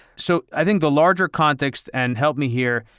so i think the larger context, and help me here,